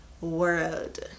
world